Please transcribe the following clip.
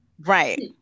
Right